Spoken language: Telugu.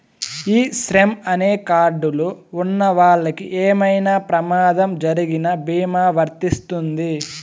ఈ శ్రమ్ అనే కార్డ్ లు ఉన్నవాళ్ళకి ఏమైనా ప్రమాదం జరిగిన భీమా వర్తిస్తుంది